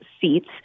seats